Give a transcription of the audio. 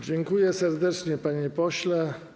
Dziękuję serdecznie, panie pośle.